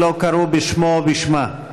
ולא קראו בשמו או בשמה?